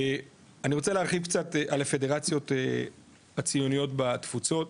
אני רוצה להרחיב קצת על הפדרציות הציוניות בתפוצות,